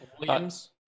Williams